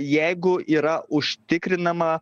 jeigu yra užtikrinama